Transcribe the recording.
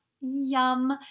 Yum